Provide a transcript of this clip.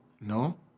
no